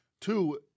Two